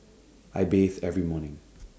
I bathe every morning